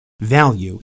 value